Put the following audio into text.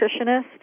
nutritionist